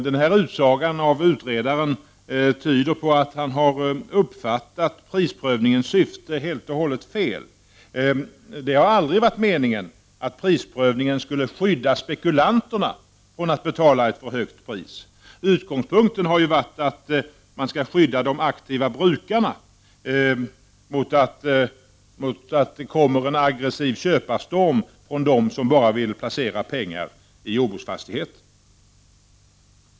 Den utsagan av utredaren tyder på att han har uppfattat prisprövningens syfte helt och hållet fel. Det har aldrig varit meningen att prisprövningen skulle skydda spekulanterna från att betala ett för högt pris. Utgångspunkten har ju varit att man skall skydda de aktiva brukarna mot att det kommer en aggressiv köparstorm från dem som bara vill placera pengar i jordbruksfastigheter.